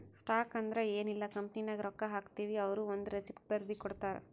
stock ಅಂದುರ್ ಎನ್ ಇಲ್ಲ ಕಂಪನಿನಾಗ್ ರೊಕ್ಕಾ ಹಾಕ್ತಿವ್ ಅವ್ರು ಒಂದ್ ರೆಸಿಪ್ಟ್ ಬರ್ದಿ ಕೊಡ್ತಾರ್